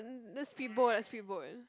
then the speed boat lah speed boat